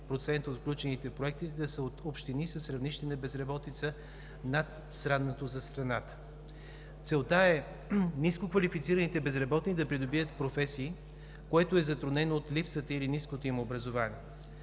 а 44,5% от включените в проектите са от общини с равнище на безработица над средното за страната. Целта е нискоквалифицираните безработни да придобият професии, което е затруднено от липсата или ниското им образование.